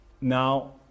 Now